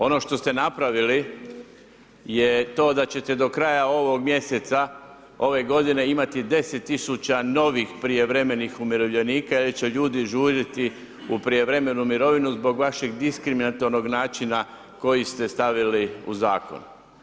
Ono što ste napravili je to da ćete do kraja ovog mjeseca, ove godine imati 10 tisuća novih prijevremenih umirovljenika jer će ljudi žuriti u prijevremenu mirovinu zbog vašeg diskriminatornog načina koji ste stavili u zakon.